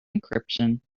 encryption